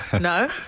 No